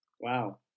Wow